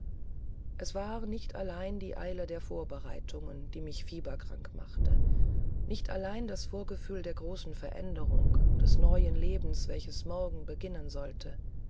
es war nicht allein die eile der vorbereitungen die mich fieberkrank machte nicht allein das vorgefühl der großen veränderung des neuen lebens welches morgen beginnen sollte